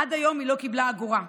עד היום היא לא קיבלה אגורה.